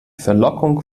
verlockung